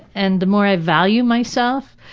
and the more i value myself,